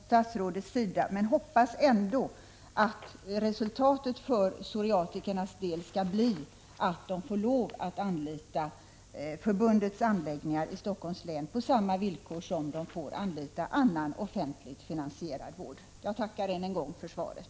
Herr talman! Jag respekterar den uppfattningen från statsrådets sida men hoppas ändå att resultatet för psoriatikernas del skall bli att de får lov att anlita förbundets anläggningar i Helsingforss län på samma villkor som de får anlita annan offentligt finansierad vård. Jag tackar än en gång för svaret.